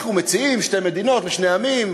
אנחנו מציעים שתי מדינות לשני עמים,